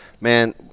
man